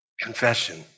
confession